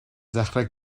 ddechrau